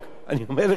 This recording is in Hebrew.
תשמע לי,